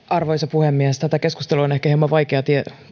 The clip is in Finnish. arvoisa puhemies tätä keskustelua on ehkä hieman vaikea